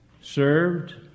served